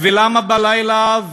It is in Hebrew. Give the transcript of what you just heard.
ולמה בלילה?